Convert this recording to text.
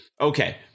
okay